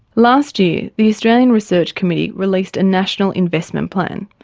last year the australian research committee released a national investment plan.